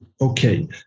okay